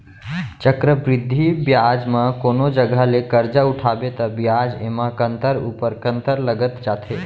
चक्रबृद्धि बियाज म कोनो जघा ले करजा उठाबे ता बियाज एमा तो कंतर ऊपर कंतर लगत जाथे